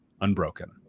unbroken